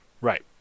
Right